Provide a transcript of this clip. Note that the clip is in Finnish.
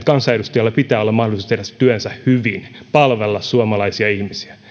kansanedustajalla pitää olla mahdollisuus tehdä työnsä hyvin palvella suomalaisia ihmisiä